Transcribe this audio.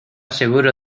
seguro